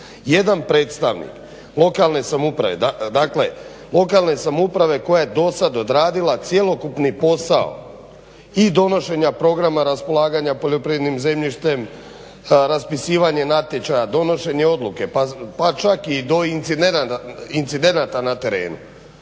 Jedan predstavnik lokalne samouprave koja je dosad odradila cjelokupni posao i donošenja Programa raspolaganja poljoprivrednim zemljištem, raspisivanje natječaja, donošenje odluke pa čak i do incidenata na terenu.